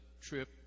trip